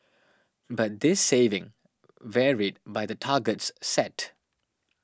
but this saving varied by the targets set